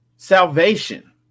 Salvation